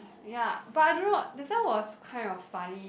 ya but I don't know that time was kind of funny